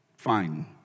Fine